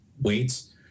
weights